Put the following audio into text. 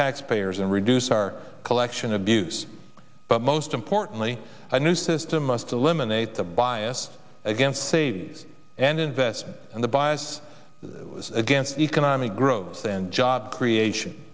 taxpayers and reduce our collection abuse but most importantly a new system must eliminate the bias against savings and investment and the bias against economic growth and job creation